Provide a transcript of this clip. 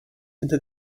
into